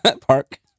park